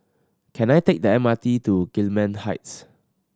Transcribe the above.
can I take the M R T to Gillman Heights